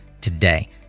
today